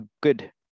good